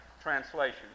translation